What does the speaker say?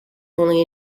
only